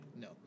No